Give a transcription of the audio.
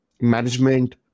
management